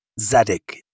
Zadik